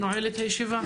הישיבה